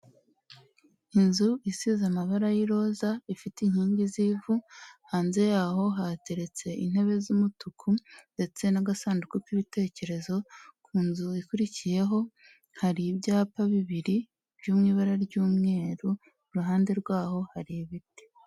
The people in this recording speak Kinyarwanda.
Inzu isize amabara y'iroza ifite inkingi z'ivu hanze yaho hateretse intebe z'umutuku ndetse n'agasanduku k'ibitekerezo ku nzu ikurikiyeho hari ibyapa bibiri byo mw'ibara ry'umweru iruhande rwaho hari ibiti.